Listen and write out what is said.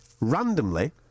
randomly